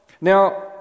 Now